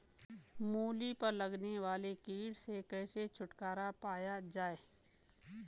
मूली पर लगने वाले कीट से कैसे छुटकारा पाया जाये?